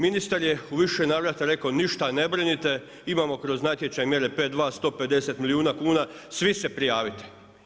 Ministar je u više navrata rekao ništa ne brinite, imamo kroz natječaj mjere 52 150 milijuna kuna, svi se prijavite.